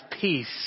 peace